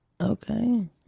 Okay